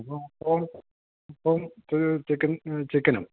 അപ്പോൾ അപ്പം ഒരു ചിക്കൻ ചിക്കനും